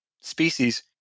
species